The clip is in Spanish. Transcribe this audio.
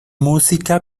música